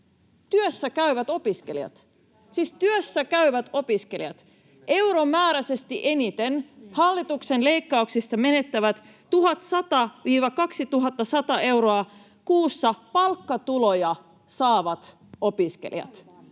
Työssä käyvät opiskelijat, siis työssä käyvät opiskelijat. Euromääräisesti eniten hallituksen leikkauksissa menettävät 1 100—2 100 euroa kuussa palkkatuloja saavat opiskelijat.